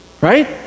right